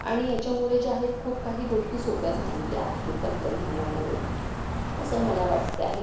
आणि याच्यामुळे जे आहे खूप काही गोष्टी सोप्या झालेल्या आहेत तंत्रज्ञानामुळे असं मला वाटते आहे